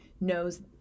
knows